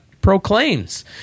proclaims